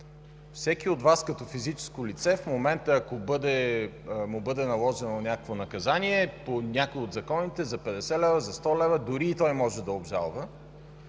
Вас в момента като физическо лице, ако му бъде наложено някакво наказание по някой от законите – за 50 лв., за 100 лв., дори и той може да обжалва,